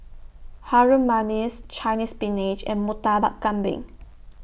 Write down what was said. Harum Manis Chinese Spinach and Murtabak Kambing